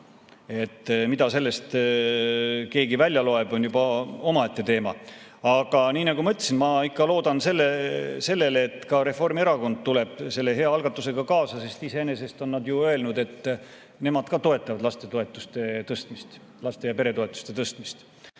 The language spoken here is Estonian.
Mida sellest keegi välja loeb, on juba omaette teema. Aga nii nagu ma ütlesin, ma ikka loodan sellele, et ka Reformierakond tuleb selle hea algatusega kaasa, sest iseenesest on nad ju öelnud, et nemad toetavad lastetoetuste tõstmist,